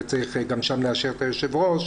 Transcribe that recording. וגם שם צריך לאשר את היושב-ראש.